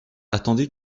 attendait